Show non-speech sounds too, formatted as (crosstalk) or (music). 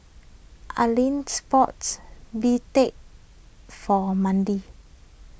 Allyn (noise) bought (noise) Bistake for Mendy